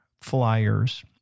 flyers